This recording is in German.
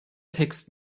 text